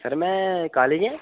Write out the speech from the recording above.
sir मैं college ऐं